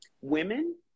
Women